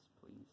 please